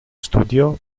studiò